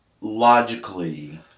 logically